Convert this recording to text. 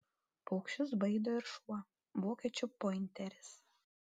paukščius baido ir šuo vokiečių pointeris